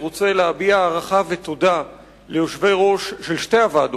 אני רוצה להביע הערכה ותודה ליושבי-ראש של שתי הוועדות,